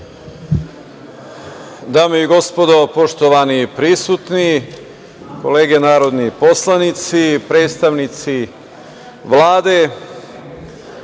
Dame i gospodo, poštovani prisutni, kolege narodni poslanici, predstavnici Vlade,